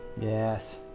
Yes